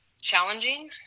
challenging